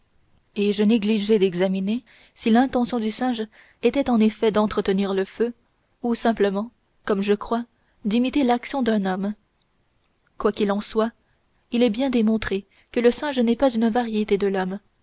et je négligeai d'examiner si l'intention du singe était en effet d'entretenir le feu ou simplement comme je crois d'imiter l'action d'un homme quoi qu'il en soit il est bien démontré que le singe n'est pas une variété de l'homme